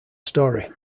story